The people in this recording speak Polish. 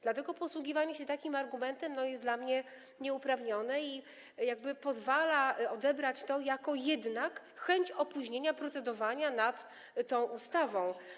Dlatego posługiwanie się takim argumentem jest dla mnie nieuprawnione i pozwala odebrać to jako jednak chęć opóźnienia procedowania nad tą ustawą.